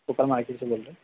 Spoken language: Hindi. सुपर मार्केट से बोल रहे हैं